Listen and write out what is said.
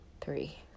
three